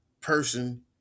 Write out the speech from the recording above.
person